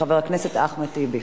של חבר הכנסת אחמד טיבי.